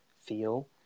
feel